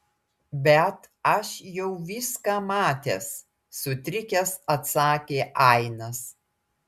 bet aš jau viską matęs sutrikęs atsakė ainas